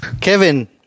kevin